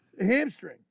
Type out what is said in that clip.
hamstring